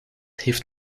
heeft